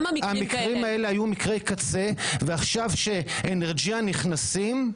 -- ועכשיו כש-Energean נכנסים,